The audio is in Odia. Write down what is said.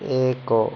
ଏକ